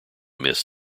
miss